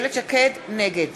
נגד